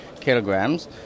kilograms